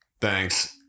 Thanks